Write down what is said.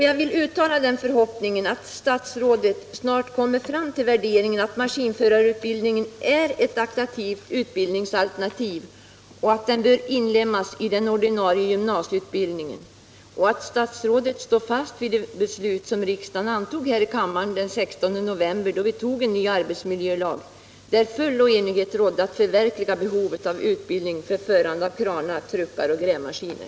Jag vill uttala den förhoppningen att statsrådet snart kommer fram 83 till värderingen att maskinförarutbildning är ett attraktivt utbildningsalternativ och bör inlemmas i den ordinarie gymnasieutbildningen. Jag hoppas också att statsrådet står fast vid det beslut som riksdagen fattade den 16 november, då vi här antog en ny arbetsmiljölag och då full enighet rådde om att täcka behovet av utbildning för förare av kranar, truckar och grävmaskiner.